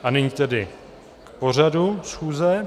A nyní tedy k pořadu schůze.